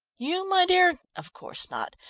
you, my dear? of course not!